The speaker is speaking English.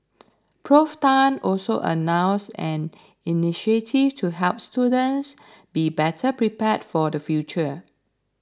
Prof Tan also announced an initiative to help students be better prepared for the future